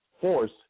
force